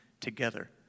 together